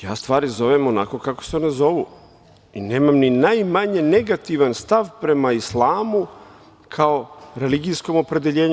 Ja stvari zovem onako kako se one zovu i nemam ni najmanje negativan stav prema islamu kao religijskom opredeljenju.